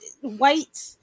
white